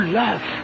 love